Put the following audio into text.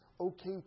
okay